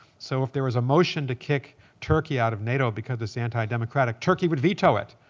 so if there was a motion to kick turkey out of nato because it's anti-democratic, turkey would veto it,